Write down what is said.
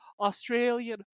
Australian